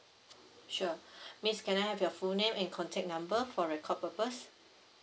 sure miss can I have your full name and contact number for record purpose